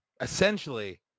essentially